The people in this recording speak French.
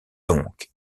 donc